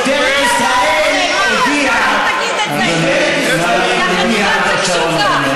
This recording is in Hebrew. משטרת ישראל הודיעה, שקשוקה?